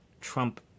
Trump